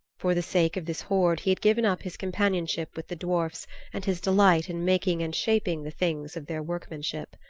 for the sake of this hoard he had given up his companionship with the dwarfs and his delight in making and shaping the things of their workmanship.